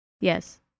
yes